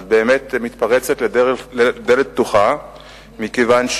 את באמת מתפרצת לדלת פתוחה מכיוון,